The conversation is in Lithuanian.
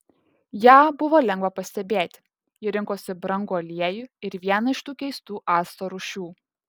ją buvo lengva pastebėti ji rinkosi brangų aliejų ir vieną iš tų keistų acto rūšių